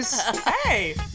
Hey